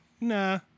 nah